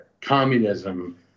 communism